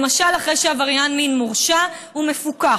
למשל, אחרי שעבריין מין מורשע, הוא מפוקח.